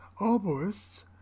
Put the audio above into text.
oboists